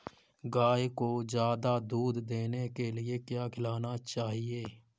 गाय को ज्यादा दूध देने के लिए क्या खिलाना चाहिए?